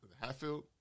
Hatfield